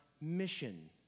mission